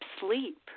sleep